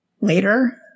later